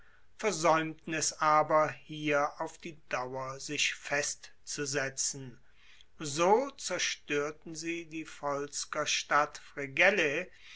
versaeumten es aber hier auf die dauer sich festzusetzen so zerstoerten sie die volskerstadt fregellae